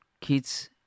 kids